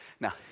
Now